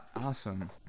Awesome